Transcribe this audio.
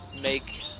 make